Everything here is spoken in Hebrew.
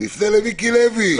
נפנה למיקי לוי.